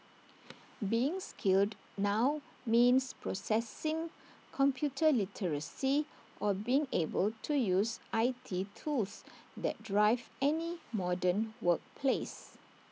being skilled now means possessing computer literacy or being able to use I T tools that drive any modern workplace